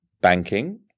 banking